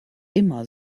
immer